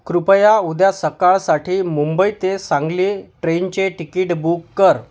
कृपया उद्या सकाळसाठी मुंबई ते सांगली ट्रेनचे टिकीट बुक कर